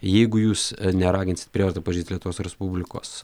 jeigu jūs neraginsit prievarta pažeist lietuvos respublikos